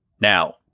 Now